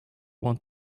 want